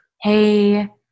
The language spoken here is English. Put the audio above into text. Hey